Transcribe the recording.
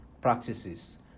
practices